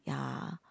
ya